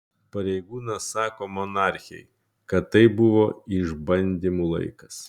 pareigūnas sako monarchei kad tai buvo išbandymų laikas